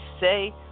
say